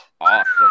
awesome